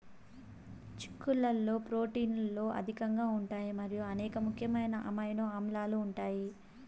చిక్కుళ్లలో ప్రోటీన్లు అధికంగా ఉంటాయి మరియు అనేక ముఖ్యమైన అమైనో ఆమ్లాలు ఉంటాయి